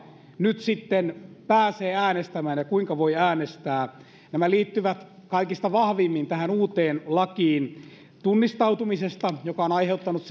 nyt sitten pääsee äänestämään ja kuinka voi äänestää nämä liittyvät kaikista vahvimmin tähän uuteen lakiin tunnistautumisesta joka on aiheuttanut